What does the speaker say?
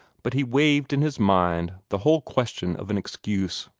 but he waived in his mind the whole question of an excuse.